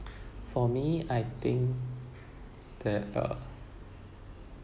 for me I think that uh